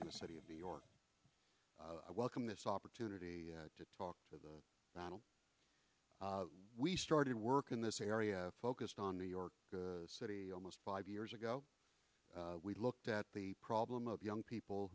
in the city of new york welcome this opportunity to talk to the panel we started work in this area focused on new york city almost five years ago we looked at the problem of young people